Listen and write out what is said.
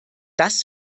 das